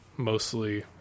mostly